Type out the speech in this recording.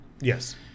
Yes